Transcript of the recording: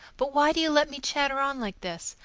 but why do you let me chatter on like this?